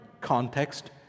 Context